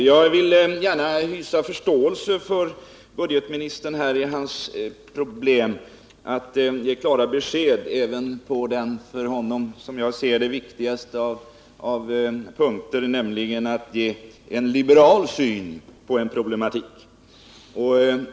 Herr talman! Jag hyser förståelse för budgetministerns problem när det gäller att ge klara besked i den här frågan, och det gäller också den som jag ser det för honom viktigaste punkten, nämligen att redovisa den liberala synen på denna problematik.